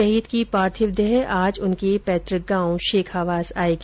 शहीद की पार्थिव देह आज उनके पैतृग गांव शेखावास आयेगी